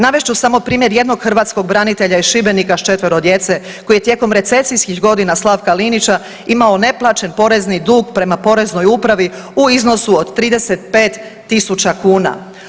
Navest ću samo primjer jednog hrvatskog branitelja iz Šibenika s četvero djece koji je tijekom recesijskih godina Slavka Linića imao neplaćen porezni dug prema Poreznoj upravi u iznosu od 35 tisuća kuna.